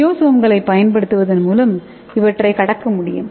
நியோசோம்களைப் பயன்படுத்துவதன் மூலம் இவற்றைக் கடக்க முடியும்